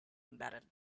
embedded